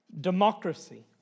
Democracy